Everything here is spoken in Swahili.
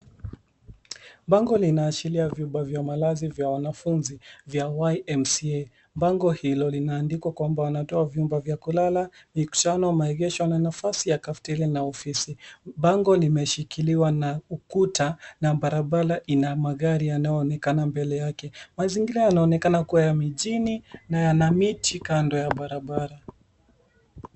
Bango linaashiria vyumba vya malazi vya wanafunzi vya YMCA. Bango hilo linaandikwa kwamba wanatoa vyumba vya kulala, mikutano, maegesho na nafasi ya kafeteria na ofisi. Bango limeshikiliwa na ukuta na barabara ina magari yanayoonekana mbele yake. Mazingira yanaonekana kuwa ya mijini na yana miti kando ya barabara.